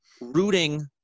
rooting